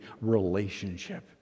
relationship